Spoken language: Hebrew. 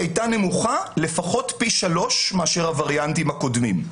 היא הייתה נמוכה לפחות פי שלוש מאשר הווריאנטים הקודמים.